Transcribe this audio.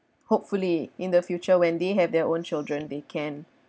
hopefully in the future when they have their own children they can